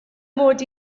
mod